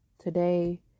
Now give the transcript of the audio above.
Today